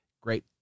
great